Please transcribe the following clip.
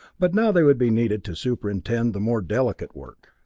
but now they would be needed to superintend the more delicate work.